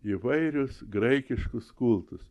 įvairius graikiškus kultus